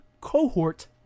cohort